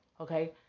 okay